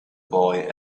boy